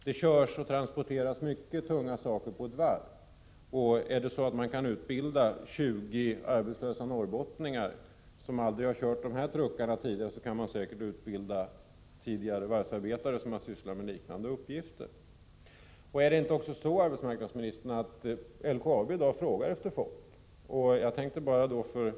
Det transporteras en mängd tunga saker på ett varv, och kan man utbilda 20 arbetslösa norrbottningar som aldrig tidigare kört sådana här truckar, kan man säkert vidareutbilda tidigare varvsarbetare som har sysslat med liknande uppgifter. Är det inte så, arbetsmarknadsministern, att LKAB i dag efterfrågar arbetskraft?